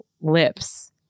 lips